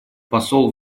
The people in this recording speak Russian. посол